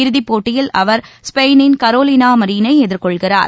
இறுதிப் போட்டியில் அவர் ஸ்பெயினின் கரோலினா மரீனை எதிர்கொள்கிறார்